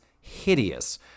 hideous